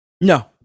no